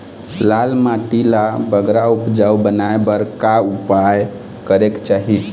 लाल माटी ला बगरा उपजाऊ बनाए बर का उपाय करेक चाही?